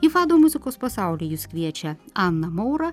į fado muzikos pasaulį jus kviečia ana maura